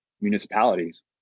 municipalities